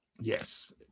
Yes